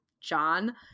John